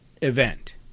event